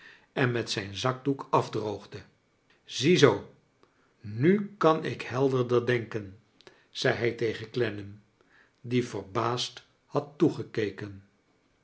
en met zijn zakdoek afdroogde ziezoo nu kan ik helderder denken zei hij tegen clennam die verbaasd had